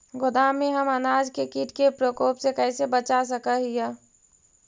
गोदाम में हम अनाज के किट के प्रकोप से कैसे बचा सक हिय?